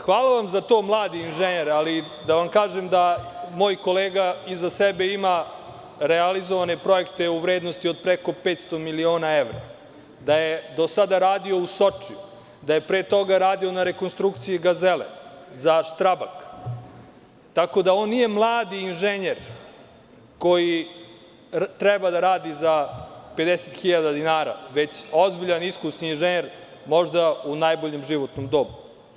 Hvala vam za to mladi inženjer, ali da vam kažem da moj kolega iza sebe ima realizovane projekte u vrednosti od preko 500 miliona evra, da je do sada radio u Sočiju, da je pre toga radio na rekonstrukciji Gazele, za „Štrabak“, tako da on nije mladi inženjer koji treba da radi za 50.000 dinara, već ozbiljan, iskusni inženjer, možda u najboljem životnom dobu.